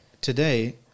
today